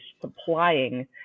supplying